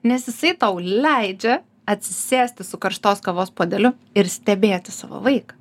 nes jisai tau leidžia atsisėsti su karštos kavos puodeliu ir stebėti savo vaiką